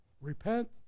repent